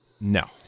No